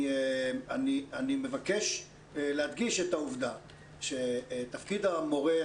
אני מבקש להדגיש את העובדה שתפקיד המורה,